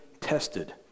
tested